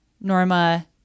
Norma